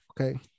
okay